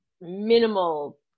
minimal